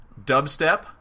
Dubstep